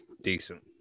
Decent